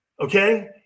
okay